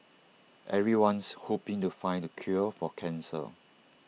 everyone's hoping to find the cure for cancer